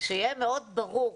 שיהיה מאוד ברור.